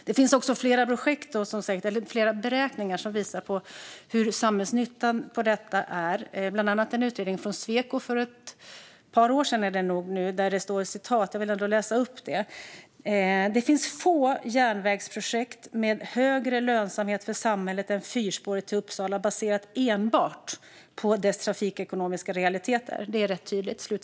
Det finns flera beräkningar som visar på samhällsnyttan av detta, bland annat en utredning från Sweco från ett par år sedan som jag vill läsa ett citat från: "Det finns få järnvägsprojekt med högre lönsamhet för samhället än fyrspåret till Uppsala, baserat enbart på dess trafikekonomiska realiteter." Det är ganska tydligt.